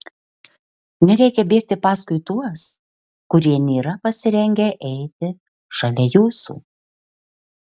nereikia bėgti paskui tuos kurie nėra pasirengę eiti šalia jūsų